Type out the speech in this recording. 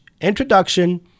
introduction